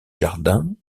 jardins